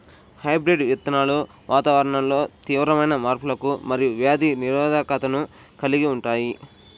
hybrid విత్తనాలు వాతావరణంలో తీవ్రమైన మార్పులకు మరియు వ్యాధి నిరోధకతను కలిగి ఉంటాయి